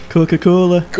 Coca-Cola